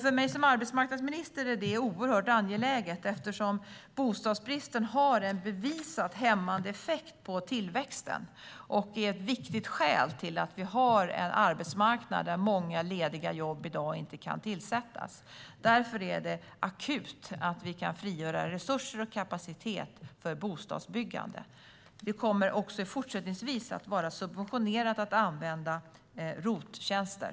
För mig som arbetsmarknadsminister är det oerhört angeläget, eftersom bostadsbristen har en bevisat hämmande effekt på tillväxten och är ett viktigt skäl till att vi har en arbetsmarknad där många lediga jobb i dag inte kan tillsättas. Därför är det akut. Det handlar om att vi kan frigöra resurser och kapacitet för bostadsbyggande. Det kommer också fortsättningsvis att vara subventionerat att använda ROT-tjänster.